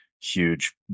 huge